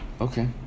Okay